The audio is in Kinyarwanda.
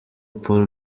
paul